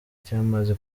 cy’amazi